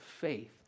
faith